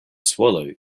swallow